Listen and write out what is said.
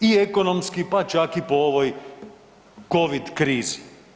I ekonomski pa čak i po ovoj Covid krizi?